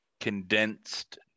condensed